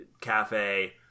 cafe